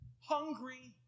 hungry